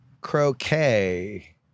croquet